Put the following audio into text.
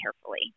carefully